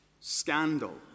scandal